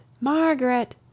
Margaret